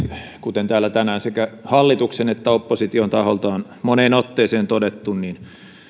kuten täällä tänään sekä hallituksen että opposition taholta on moneen otteeseen todettu niin